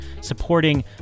supporting